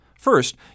First